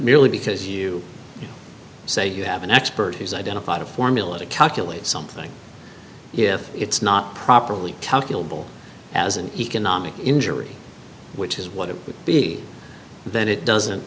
merely because you say you have an expert who's identified a formula to calculate something if it's not properly calculable as an economic injury which is what it would be then it doesn't